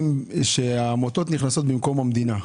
עמותות שנכנסות במקום המדינה.